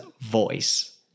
voice